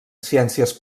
ciències